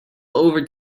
over